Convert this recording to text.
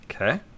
Okay